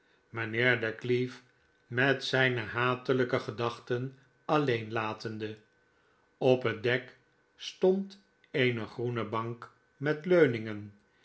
mijnheer de cleave met zijne hatelijke gedachten alleen latende op het dek stond eene groene bank met leuningen